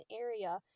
area